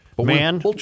Man